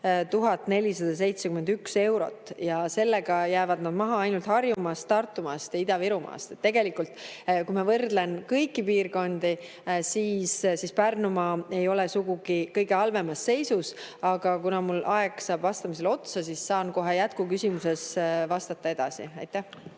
471 eurot. Sellega jäävad nad maha ainult Harjumaast, Tartumaast ja Ida-Virumaast. Tegelikult, kui ma võrdlen kõiki piirkondi, siis Pärnumaa ei ole sugugi kõige halvemas seisus. Aga kuna mul vastamise aeg saab otsa, siis saan kohe jätkuküsimusele vastates edasi